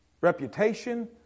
reputation